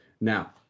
Now